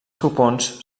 copons